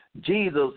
Jesus